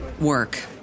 work